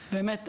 באמת,